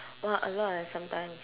!wah! a lot eh sometimes